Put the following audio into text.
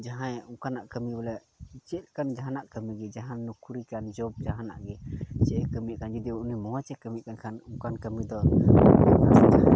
ᱡᱟᱦᱟᱸᱭ ᱚᱱᱠᱟᱱᱟᱜ ᱠᱟᱹᱢᱤ ᱵᱚᱞᱮ ᱪᱮᱫ ᱠᱟᱱ ᱡᱟᱦᱟᱱᱟᱜ ᱠᱟᱹᱢᱤᱜᱮ ᱡᱟᱦᱟᱱ ᱱᱚᱠᱨᱤ ᱠᱟᱱ ᱡᱚᱵᱽ ᱡᱟᱦᱟᱱᱟᱜ ᱜᱮ ᱡᱮ ᱠᱟᱹᱢᱤ ᱠᱟᱱ ᱩᱱᱤ ᱢᱚᱡᱮ ᱠᱟᱹᱢᱤ ᱠᱟᱱ ᱠᱷᱟᱱ ᱚᱱᱠᱟᱱ ᱠᱟᱹᱢᱤ ᱫᱚ